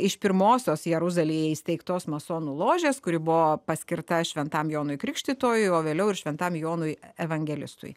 iš pirmosios jeruzalėje įsteigtos masonų ložės kuri buvo paskirta šventam jonui krikštytojui o vėliau ir šventam jonui evangelistui